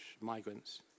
migrants